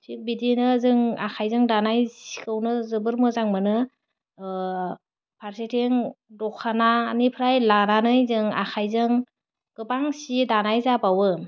थिग बिदिनो जों आखाइजों दानाय सिखौनो जोबोर मोजां मोनो फारसेथिं दख'नानिफ्राय लानानै जों आखाइजों गोबां सि दानाय जाबावो